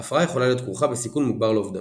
ההפרעה יכולה להיות כרוכה בסיכון מוגבר לאובדנות.